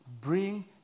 bring